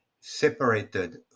separated